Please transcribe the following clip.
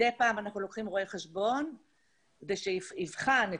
מדי פעם אנחנו לוקחים רואה חשבון כדי שיבחן את